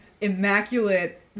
immaculate